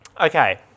Okay